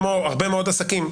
כמו הרבה מאוד עסקים,